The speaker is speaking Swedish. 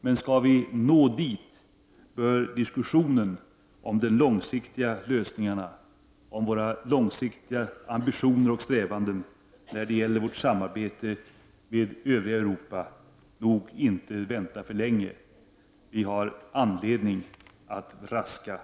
Men skall vi nå dit bör diskussionen om de långsiktiga lösningarna, av våra långsiktiga ambitioner och strävanden när det gäller vårt samarbete med övriga Europa, nog inte vänta så länge. Vi har all anledning att raska på.